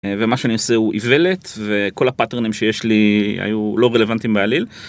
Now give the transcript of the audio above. ומה שאני עושה הוא עיוולת וכל הפאטרונים שיש לי היו לא רלוונטיים בעליל.